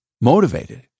motivated